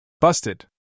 Busted